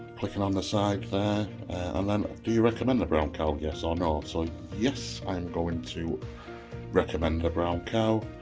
clicking on the side there and then do you recommend the brown cow yes or no so yes i'm going to recommend the brown cow